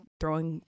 throwing